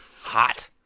hot